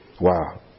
Wow